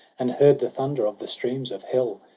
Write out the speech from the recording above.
and heard the thunder of the streams of hell.